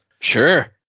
Sure